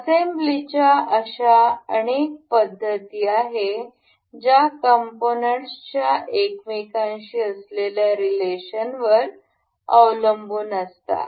असेंब्लीच्या अशा अनेक पद्धती आहेत ज्या कंपोनेंटच्या एकमेकांशी असलेल्या रिलेशनवर अवलंबून असतात